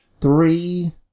three